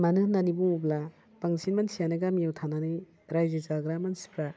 मानो होन्नानै बुङोब्ला बांसिन मानसियानो गामियाव थानानै रायजो जाग्रा मानसिफ्रा